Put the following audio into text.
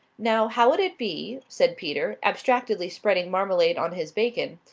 now, how would it be, said peter, abstractedly spreading marmalade on his bacon,